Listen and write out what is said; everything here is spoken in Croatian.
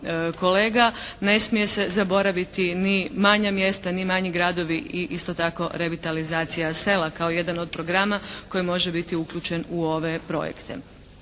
ne smije se zaboraviti ni manja mjesta ni manji gradovi i isto tako revitalizacija sela kao jedan od programa koji može biti uključen u ove projekte.